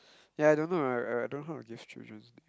ya I don't know lah I don't know how to give childrens